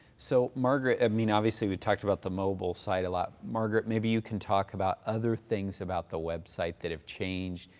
so margaret, i mean obviously we talked about the mobile side a lot. margaret, maybe you can talk about other things about the web site that have changed,